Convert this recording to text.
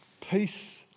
Peace